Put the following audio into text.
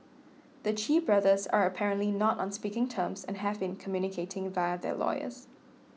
the Chee brothers are apparently not on speaking terms and have been communicating via their lawyers